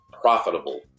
profitable